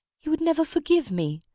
he would never forgive me.